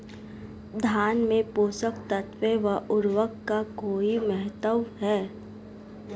धान में पोषक तत्वों व उर्वरक का कोई महत्व है?